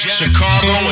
Chicago